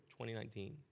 2019